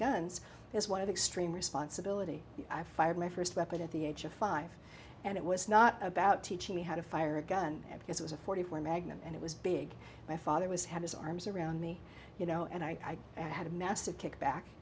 guns is one of extreme responsibility i fired my first weapon at the age of five and it was not about teaching me how to fire a gun because it was a forty four magnum and it was big my father was had his arms around me you know and i had a massive kickback